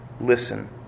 Listen